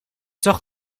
toch